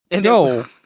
No